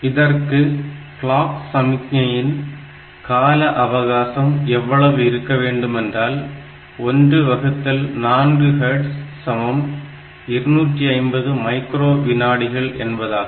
இதற்கு கிளாக் சமிக்ஞையின் கால அவகாசம் எவ்வளவு இருக்கவேண்டுமென்றால் 1 வகுத்தல் 4 கிலோ ஹேர்ட்ஸ் சமம் 250 மைக்ரோ வினாடிகள் என்பதாகும்